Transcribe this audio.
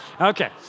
Okay